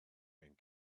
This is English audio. and